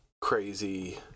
crazy